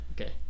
Okay